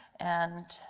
and